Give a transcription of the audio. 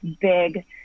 big